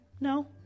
No